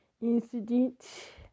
incident